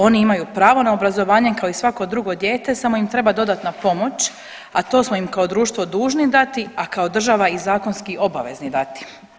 Oni imaju pravo na obrazovanje, kao i svako drugo dijete, samo im treba dodatna pomoć, a to smo im kao društvo dužni dati, a kao država i zakonski obavezni dati.